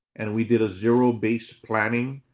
and we did as zero-based planning,